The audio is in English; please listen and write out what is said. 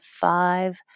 five